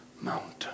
mountain